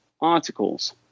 articles